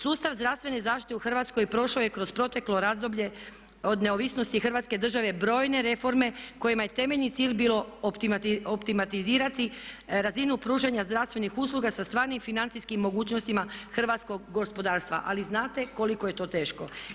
Sustav zdravstvene zaštite u Hrvatskoj prošao je kroz proteklo razdoblje od neovisnosti Hrvatske države brojne reforme kojima je temeljni cilj bilo optimatizirati razinu pružanja zdravstvenih usluga sa stvarnim financijskim mogućnostima hrvatskog gospodarstva ali znate koliko je to teško.